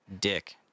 dick